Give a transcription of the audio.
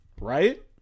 Right